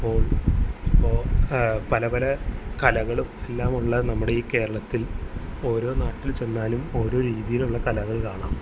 ഇപ്പോള് ഇപ്പോള് പല പല കലകളും എല്ലാമുള്ള നമ്മുടെയീ കേരളത്തിൽ ഓരോ നാട്ടിൽ ചെന്നാലും ഓരോ രീതിയിലുള്ള കലകൾ കാണാം